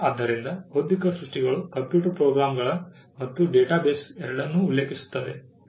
ಆದ್ದರಿಂದ ಬೌದ್ಧಿಕ ಸೃಷ್ಟಿಗಳು ಕಂಪ್ಯೂಟರ್ ಪ್ರೋಗ್ರಾಂಗಳು ಮತ್ತು ಡೇಟಾ ಬೇಸ್ ಎರಡನ್ನೂ ಉಲ್ಲೇಖಿಸುತ್ತವೆ